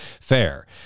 fair